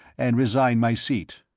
and resign my seat.